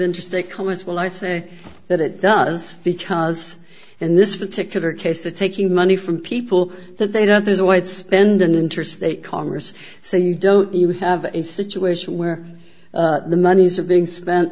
interesting because well i say that it does because in this particular case to taking money from people that they don't there's a wide spend an interstate congress so you don't you have a situation where the monies are being spent